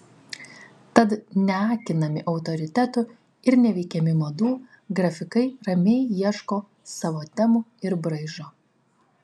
tad neakinami autoritetų ir neveikiami madų grafikai ramiai ieško savo temų ir braižo